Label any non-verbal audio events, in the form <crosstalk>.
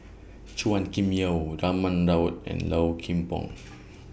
Chua Kim Yeow Raman Daud and Low Kim Pong <noise>